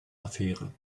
affäre